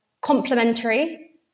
complementary